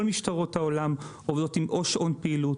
כל משטרות העולם עובדות או עם שעון פעילות,